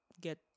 get